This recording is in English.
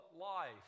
life